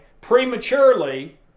prematurely